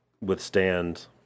withstand